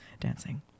dancing